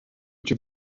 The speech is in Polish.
cię